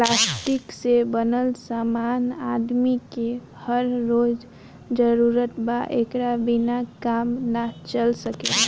plastic से बनल समान आदमी के हर रोज जरूरत बा एकरा बिना काम ना चल सकेला